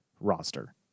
roster